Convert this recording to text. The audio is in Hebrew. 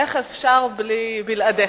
איך אפשר בלעדיך?